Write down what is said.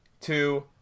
Two